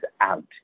out